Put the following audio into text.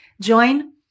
join